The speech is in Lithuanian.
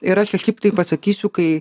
ir aš kažkaip tai pasakysiu kai